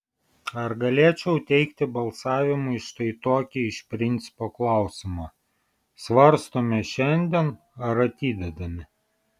ar galėčiau teikti balsavimui štai tokį iš principo klausimą svarstome šiandien ar atidedame